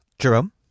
Jerome